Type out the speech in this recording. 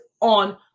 on